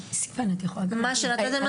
אחרי כל החישובים אנחנו ב-2,200.